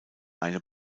eine